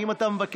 האם אתה מבקש